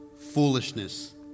foolishness